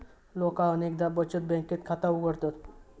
लोका अनेकदा बचत बँकेत खाता उघडतत